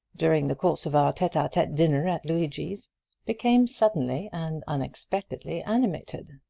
during the course of our tete-a-tete dinner at luigi's became suddenly and unexpectedly animated.